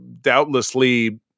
doubtlessly